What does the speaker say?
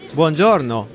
Buongiorno